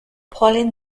polling